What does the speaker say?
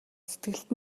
сэтгэлд